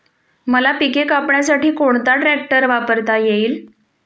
मका पिके कापण्यासाठी कोणता ट्रॅक्टर वापरता येईल?